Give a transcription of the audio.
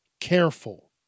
careful